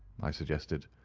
i suggested.